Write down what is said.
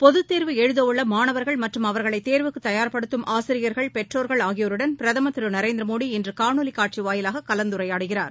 பொதுத் தேர்வு எழுதவுள்ளமாணவர்கள் மற்றும் அவர்களைதேர்வுக்குதயார்ப்படுத்தும் ஆசிரியர்கள் பெற்றோர்கள் ஆகியோருடன் பிரதமர் திருநரேந்திரமோதி இன்றுகாணொலிகாட்சிவாயிலாககலந்துரையாடுகிறார்